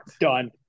done